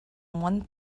one